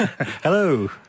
Hello